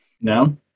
No